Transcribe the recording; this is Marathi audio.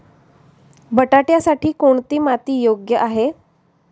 बटाट्यासाठी कोणती माती योग्य आहे?